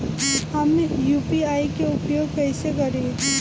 हम यू.पी.आई के उपयोग कइसे करी?